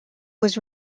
was